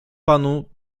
panu